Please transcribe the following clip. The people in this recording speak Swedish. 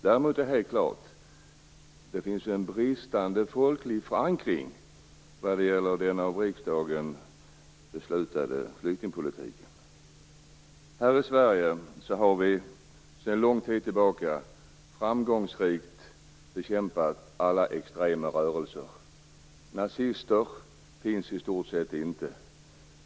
Däremot är det helt klart att det finns en bristande folklig förankring när det gäller den av riksdagen beslutade flyktingpolitiken. Här i Sverige har vi sedan lång tid tillbaka framgångsrikt bekämpat alla extrema rörelser. Nazister finns i stort sett inte.